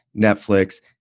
Netflix